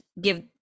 give